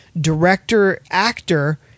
director-actor